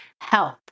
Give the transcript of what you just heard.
help